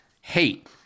hate